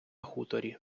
хуторі